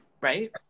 right